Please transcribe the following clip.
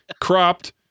cropped